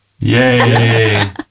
Yay